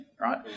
right